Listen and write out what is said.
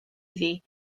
iddi